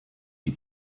die